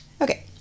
okay